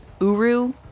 Uru